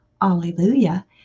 hallelujah